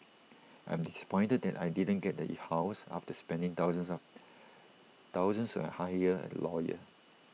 I'm disappointed that I didn't get the E house after spending thousands of thousands A hire A lawyer